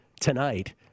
tonight